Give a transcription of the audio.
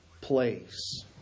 place